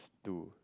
to